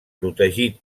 protegit